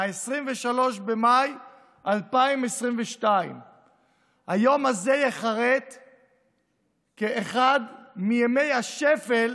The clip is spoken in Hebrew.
23 במאי 2022. היום הזה ייחרת כאחד מימי השפל